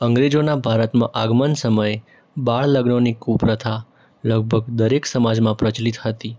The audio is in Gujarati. અંગ્રેજોના ભારતમાં આગમનના સમયે બાળલગ્નોની કુપ્રથા લગભગ દરેક સમાજોમાં પ્રચલિત હતી